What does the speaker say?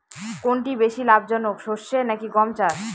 কোনটি বেশি লাভজনক সরষে নাকি গম চাষ?